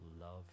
love